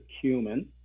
cumin